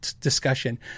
discussion